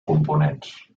components